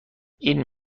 این